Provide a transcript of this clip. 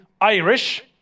Irish